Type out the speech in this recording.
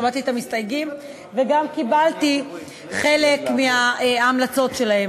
שמעתי את המסתייגים וגם קיבלתי חלק מההמלצות שלהם.